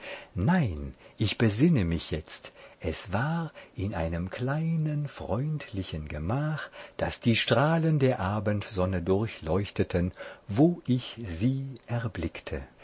nein ich besinne mich jetzt es war in einem kleinen freundlichen gemach das die strahlen der abendsonne durchleuchteten wo ich sie erblickte